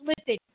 listen